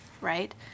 right